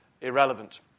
irrelevant